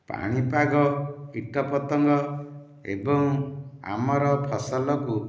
ପାଣିପାଗ କୀଟପତଙ୍ଗ ଏବଂ ଆମର ଫସଲକୁ